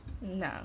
No